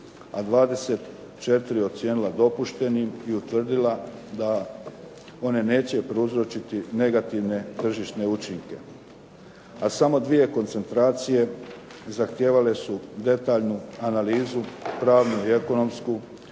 a 24 ocijenila dopuštenim i utvrdila da one neće prouzročiti negativne tržišne učinke, a samo dvije koncentracije zahtijevale su detaljnu analizu pravnu i ekonomsku